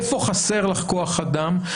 איפה חסר לך כוח אדם,